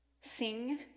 Sing